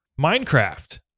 Minecraft